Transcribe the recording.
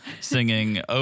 singing